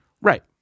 Right